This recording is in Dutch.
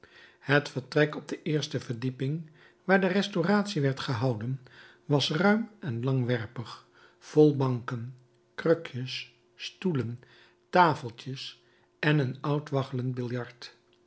het vertrek op de eerste verdieping waar de restauratie werd gehouden was ruim en langwerpig vol banken krukjes stoelen tafeltjes en een oud waggelend biljart